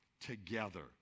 together